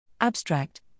Abstract